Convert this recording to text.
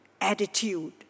attitude